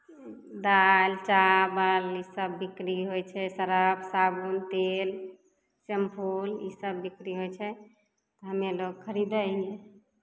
दालि चावल ईसभ बिक्री होइ छै सर्फ साबुन तेल शैंपू ईसभ बिक्री होइ छै हमे लोक खरीदै हियै